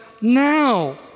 now